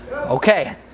Okay